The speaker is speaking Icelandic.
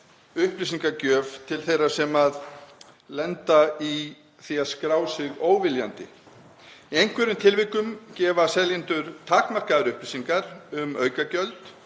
upplýsingagjöf til þeirra sem lenda í því að skrá sig óviljandi. Í einhverjum tilvikum gefa seljendur takmarkaðar upplýsingar um aukagjöld